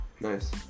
Nice